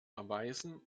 erweisen